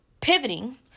pivoting